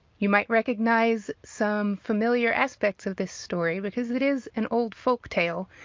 you might recognize some familiar aspects of this story because it is an old folk tale.